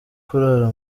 kurara